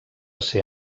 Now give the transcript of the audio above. ser